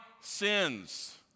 sins